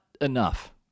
enough